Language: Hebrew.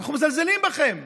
אנחנו מזלזלים בכם.